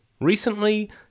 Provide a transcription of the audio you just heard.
Recently